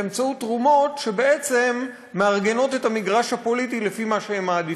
באמצעות תרומות שמארגנות את המגרש הפוליטי לפי מה שהם מעדיפים.